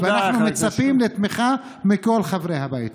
ואנחנו מצפים לתמיכה מכל חברי הבית.